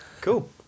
Cool